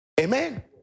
Amen